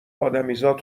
ادمیزاد